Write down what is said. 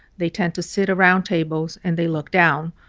they tend to sit around tables and they look down.